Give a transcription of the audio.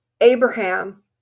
Abraham